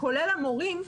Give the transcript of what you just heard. כולל המורים,